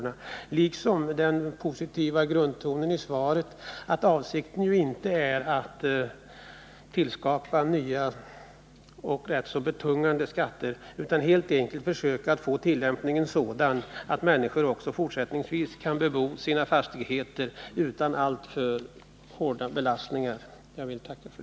Jag har också tacksamt noterat den positiva grundtonen i svaret, där det framgår att avsikten inte är att skapa nya och betungande skatter utan att man skall försöka få tillämpningen sådan att människor också fortsättningsvis kan bebo sina fastigheter utan alltför stora belastningar.